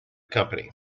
company